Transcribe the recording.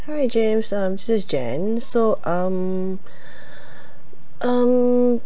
hi james um this is jane so um um